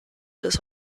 des